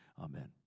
Amen